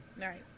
Right